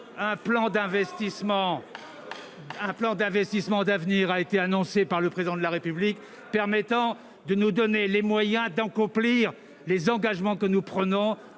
un plan d'investissements d'avenir a été annoncé par le Président de la République, permettant de nous donner les moyens d'accomplir les engagements que nous prenons